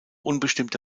unbestimmte